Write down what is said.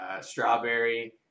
strawberry